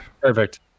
perfect